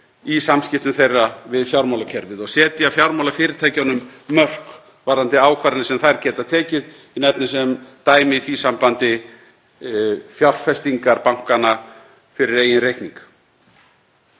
í samskiptum þeirra við fjármálakerfið og setja fjármálafyrirtækjunum mörk varðandi ákvarðanir sem þau geta tekið. Ég nefni sem dæmi í því sambandi fjárfestingar bankanna fyrir eigin reikning.